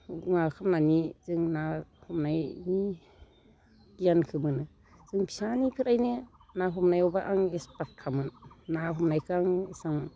माबा खालामनानै जों ना हमनायनि गियानखौ मोनो जों फिसानिफ्रायनो ना हमनायावबो आं एक्सपार्टखामोन ना हमनायखौ आं एसेबां